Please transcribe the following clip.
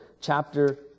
chapter